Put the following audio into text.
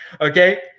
Okay